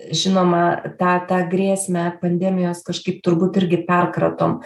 žinoma tą tą grėsmę pandemijos kažkaip turbūt irgi perkratom